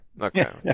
Okay